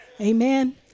amen